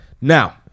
Now